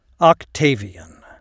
Octavian